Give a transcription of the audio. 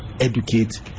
educate